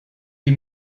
sie